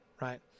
Right